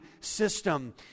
system